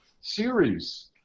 series